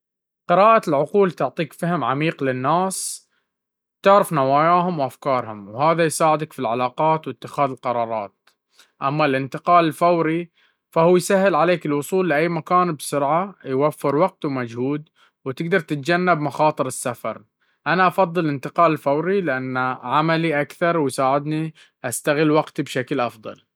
قراءة العقول تعطيك فهم عميق للناس، تعرف نواياهم وأفكارهم، وهذا يساعدك في العلاقات واتخاذ القرارات. أما الانتقال الفوري، فهو يسهل عليك الوصول لأي مكان بسرعة، يوفر وقت وجهد، وتقدر تتجنب مخاطر السفر. أنا أفضل الانتقال الفوري، لأنه عملي أكثر ويساعدني أستغل وقتي بشكل أفضل.